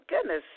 goodness